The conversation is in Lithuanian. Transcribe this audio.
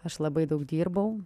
aš labai daug dirbau